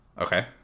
Okay